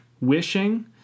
wishing